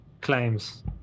claims